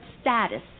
status